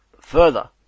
Further